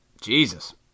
Jesus